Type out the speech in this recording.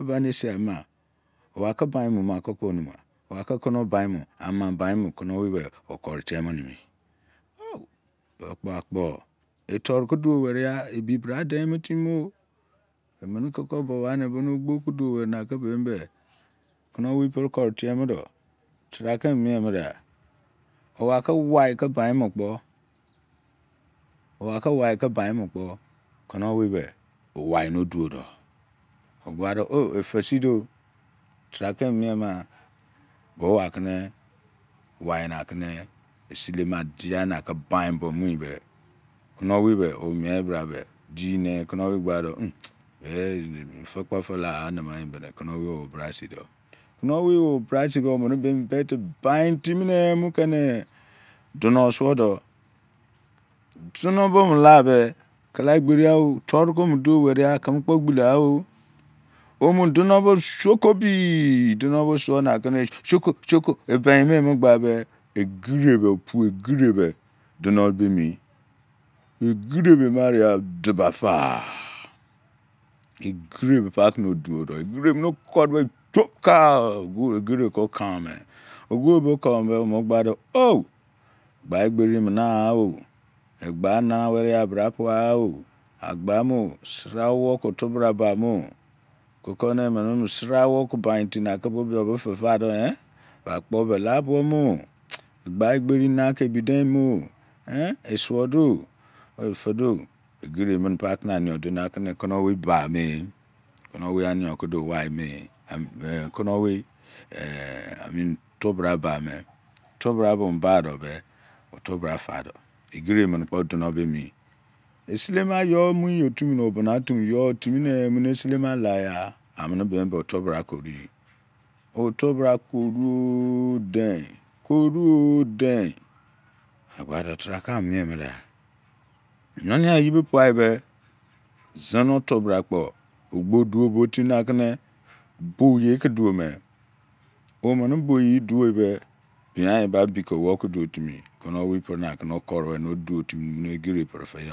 gbane sena paapaa iyebo ibe manpadou gba amane kemen olenkum onai iwiri wene timi nne yor kuru than gba iwiri mene mantoro bou se ketini idi meme diitimine veke bou koirin ban a- uo fade iwiru ikio man izoukeme., ikio men kenne., iwuri obuo me othurie onne ke beni utua tuman emen wiui gbanme ofuru beni obafadoni oke kerekere benitha tua kouonoui kruden namma bou kruden na thonnowui inaredese ipimonke imipinmene ibake iba., wan-utubra gbade turu man alabo emerue ogbo thoduode umu mene thonno wai okuretiemani kammowai obrasini obou donno asuode igere okan wure the bafede kamo wai pa oba mie iwe bana bou ye duo timi apere batan gbade.